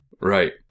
Right